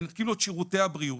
מנתקים לו את שירותי הבריאות,